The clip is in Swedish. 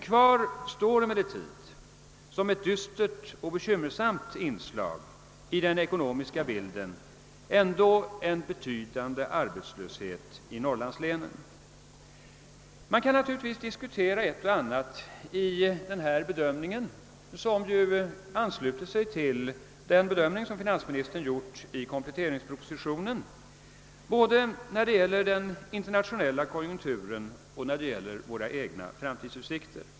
Kvar står emellertid som ett dystert och bekymmersamt inslag i den ekonomiska bilden ändå en betydande arbetslöshet i Norrlandslänen. Man kan naturligtvis diskutera ett och annat i denna bedömning, som ansluter sig till den som finansministern gjort i kompletteringspropositionen, både när det gäller den internationella konjunkturen och när det gäller våra egna framtidsutsikter.